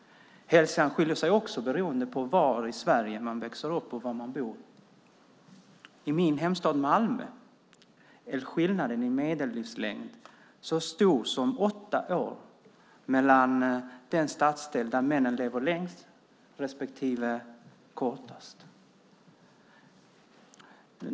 Hälsan skiljer sig också beroende på var i Sverige man växer upp och var man bor. I min hemstad Malmö är skillnaden i medellivslängd så stor som åtta år mellan de stadsdelar där männen lever längst respektive kortast.